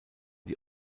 die